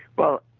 well,